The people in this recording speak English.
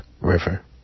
River